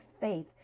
faith